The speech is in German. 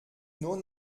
nur